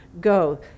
go